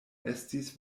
estis